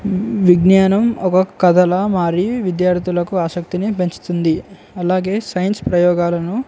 విజ్ఞానం ఒక కథలాగ మారి విద్యార్థులకు ఆసక్తిని పెంచుతుంది అలాగే సైన్స్ ప్రయోగాలను